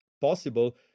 possible